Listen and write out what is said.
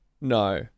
No